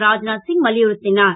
ராஜ்நாத் சிங் வலியுறுத் னார்